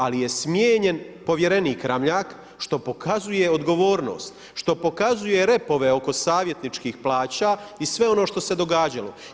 Ali je smijenjen povjerenik Ramljak što pokazuje odgovornost, što pokazuje repove oko savjetničkih plaća i sve ono što se događalo.